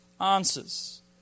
answers